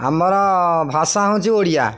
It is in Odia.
ଆମର ଭାଷା ହେଉଛି ଓଡ଼ିଆ